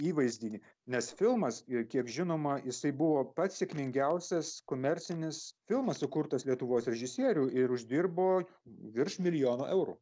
įvaizdį nes filmas ir kiek žinoma jisai buvo pats sėkmingiausias komercinis filmas sukurtas lietuvos režisierių ir uždirbo virš milijono eurų